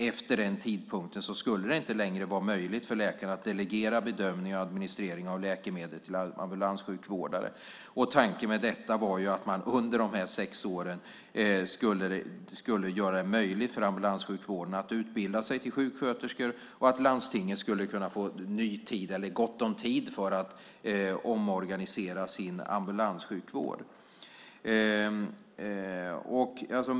Efter den tidpunkten skulle det inte längre vara möjligt för läkarna att delegera bedömning och administrering av läkemedel till ambulanssjukvårdare. Tanken med detta var att man under de här sex åren skulle göra det möjligt för ambulanssjukvårdarna att utbilda sig till sjuksköterskor och att landstingen skulle få gott om tid att omorganisera sin ambulanssjukvård.